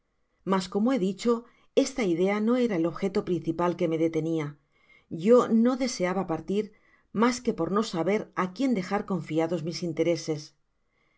mas como he dicho esta idea no era el objeto principal que me detenia yo no deseaba partir mas que por no saber á quién dejar confiados mis intereses